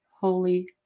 Holy